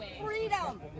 Freedom